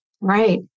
Right